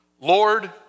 Lord